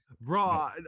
bro